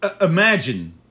imagine